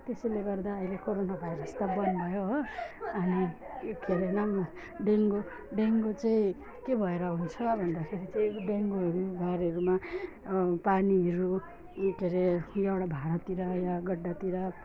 त्यसैले गर्दा अहिले कोरोना भाइरस त बन्द भयो हो अनि यो खेलेनौँ नि डेङ्गु डेङ्गु चाहिँ के भएर हुन्छ भन्दाखेरि चाहिँ डेङ्गुहरू घरहरूमा पानीहरू के हरे एउटा भाडातिर यहाँ गड्डातिर